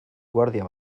guardia